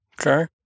Okay